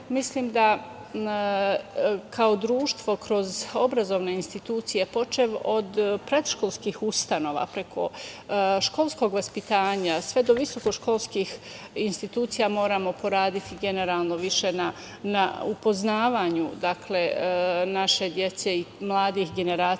mislim da kao društvo kroz obrazovne institucije, počev od predškolskih ustanova, preko školskog vaspitanja, sve do visokoškolskih institucija, moramo poraditi generalno više na upoznavanju naše dece i mladih generacija